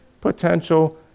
potential